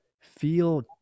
feel